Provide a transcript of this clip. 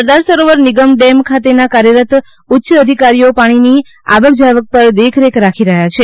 સરદાર Sarovar Nigam dam ખાતેના કાર્યરત ઉચ્ય અધિકારીઓ પાણીન આવક જાવ પર દેખરેખ રાખી રહ્યા છે